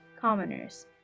commoners